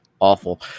awful